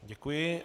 Děkuji.